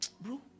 Bro